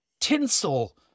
tinsel